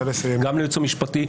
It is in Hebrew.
גם לייעוץ המשפטי,